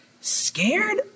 scared